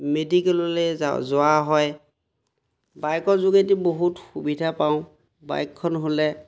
মেডিকেললৈ যোৱা হয় বাইকৰ যোগেদি বহুত সুবিধা পাওঁ বাইকখন হ'লে